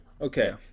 Okay